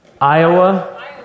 Iowa